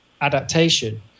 adaptation